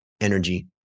Energy